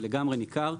זה לגמרי ניכר.